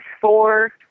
four